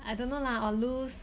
I don't know lah or loose